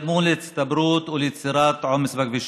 שגרמו להצטברות וליצירת עומס בכבישים.